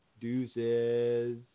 deuces